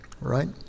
right